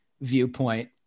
viewpoint